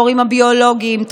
להורים הביולוגיים,